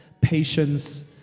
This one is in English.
patience